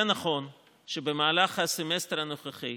זה נכון שבמהלך הסמסטר הנוכחי,